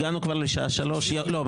הגענו כבר לשעה 15:00. לא,